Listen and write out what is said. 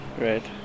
Right